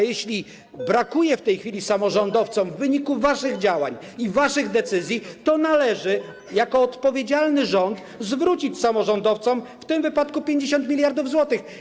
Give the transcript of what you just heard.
Jeśli brakuje w tej chwili samorządowcom w wyniku waszych działań i waszych decyzji, to jako odpowiedzialny rząd powinniście zwrócić samorządowcom w tym wypadku 50 mld zł.